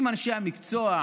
עם אנשי המקצוע,